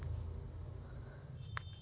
ನೇರಾವರಿಗೆ ತಿರುಗಾಡು ಒಂದ ಪೈಪ ಬಳಕೆ ಮಾಡಕೊಳುದು